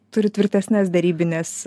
turi tvirtesnes derybines